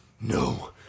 no